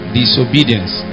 disobedience